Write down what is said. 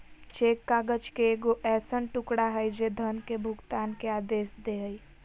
cheque काग़ज़ के एगो ऐसन टुकड़ा हइ जे धन के भुगतान के आदेश दे हइ